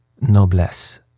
noblesse